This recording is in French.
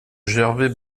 gervais